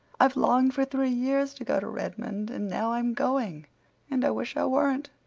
i've longed for three years to go to redmond and now i'm going and i wish i weren't!